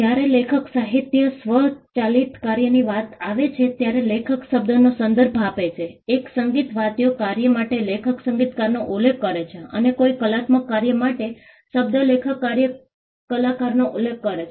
જ્યારે લેખક સાહિત્યિક સ્વચાલિત કાર્યની વાત આવે છે ત્યારે લેખક શબ્દનો સંદર્ભ આપે છે એક સંગીતવાદ્યો કાર્ય માટે લેખક સંગીતકારનો ઉલ્લેખ કરે છે અને કોઈ કલાત્મક કાર્ય માટે શબ્દ લેખક કલાકારનો ઉલ્લેખ કરે છે